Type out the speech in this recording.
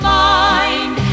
mind